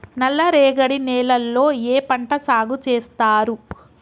నల్లరేగడి నేలల్లో ఏ పంట సాగు చేస్తారు?